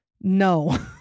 no